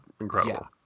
incredible